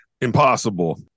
Impossible